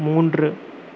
மூன்று